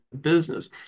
business